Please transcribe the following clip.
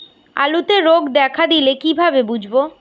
আলুতে রোগ দেখা দিলে কিভাবে বুঝবো?